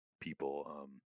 People